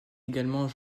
également